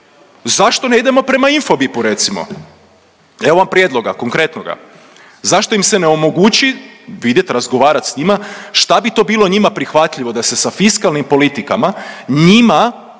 Zašto ne idemo prema Infobipu recimo? Evo vam prijedloga konkretnoga. Zašto im se ne omogući vidjet, razgovarat sa njima šta bi to bilo njima prihvatljivo da se sa fiskalnim politikama njima